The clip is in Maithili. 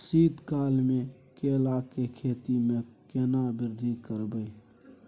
शीत काल मे केला के खेती में केना वृद्धि करबै?